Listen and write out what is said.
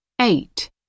eight